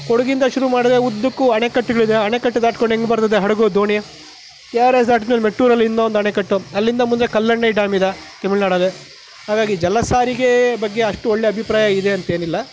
ಕೊಡಗಿಂದ ಶುರು ಮಾಡಿದರೆ ಉದ್ದಕ್ಕೂ ಅಣೆಕಟ್ಟುಗಳಿದೆ ಅಣೆಕಟ್ಟು ದಾಟಿಕೊಂಡು ಹೇಗೆ ಬರ್ತದೆ ಹಡಗು ದೋಣಿ ಕೆ ಆರ್ ಎಸ್ ಆದ್ಮೇಲೆ ಮೆಟ್ಟೂರಲ್ಲಿ ಇನ್ನೊಂದು ಅಣೆಕಟ್ಟು ಅಲ್ಲಿಂದ ಮುಂದೆ ಕಲ್ಲೆಣ್ಣೆ ಡ್ಯಾಮ್ ಇದೆ ತಮಿಳುನಾಡಲ್ಲಿ ಹಾಗಾಗಿ ಜಲ ಸಾರಿಗೆ ಬಗ್ಗೆ ಅಷ್ಟು ಒಳ್ಳೆ ಅಭಿಪ್ರಾಯ ಇದೆ ಅಂತೇನಿಲ್ಲ